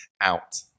out